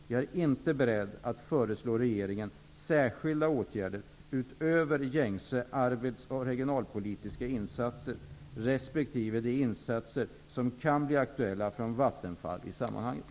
Jag är inte beredd att föreslå regeringen särskilda åtgärder utöver gängse arbets och regionalpolitiska insatser respektive de insatser som kan bli aktuella från Vattenfall i sammanhanget.